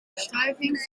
verschuiving